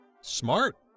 Smart